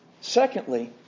Secondly